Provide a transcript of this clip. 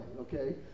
okay